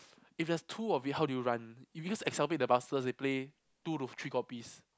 if there's two of it how do you run if you use the Excel blade the busters they play two to three copies